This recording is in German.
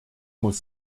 muss